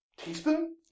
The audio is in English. Teaspoon